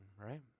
right